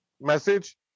message